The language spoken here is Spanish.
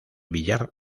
villar